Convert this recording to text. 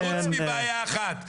חוץ מבעיה אחת,